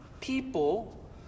people